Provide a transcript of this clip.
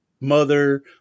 mother